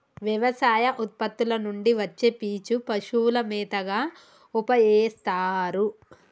వ్యవసాయ ఉత్పత్తుల నుండి వచ్చే పీచు పశువుల మేతగా ఉపయోస్తారు